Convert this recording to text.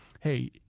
hey